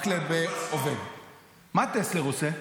מה טסלר עושה?